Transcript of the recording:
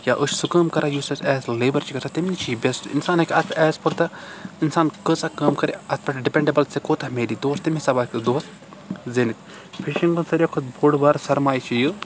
یا أسۍ چھِ سُہ کٲم کَران یُس ایز لیبَر چھِ گَژھان تمہِ نِش چھِ یہِ بؠسٹ اِنسان ہؠکہِ اَتھ ایز پٔر دَ انسان کۭژاہ کٲم کَرِ اَتھ پؠٹھ ڈِپؠنٛڈ اَتھ پؠٹھ ژےٚ کوٗتاہ میلی تور تِم حِساب ہؠککھ ژٕ دۄہَس زیٖنِتھ فِشنٛگ منٛز سارِوٕے کھۄتہٕ بوٚڈ بارٕ سَرماے چھُ یہِ